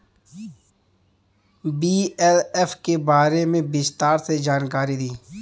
BLF के बारे में विस्तार से जानकारी दी?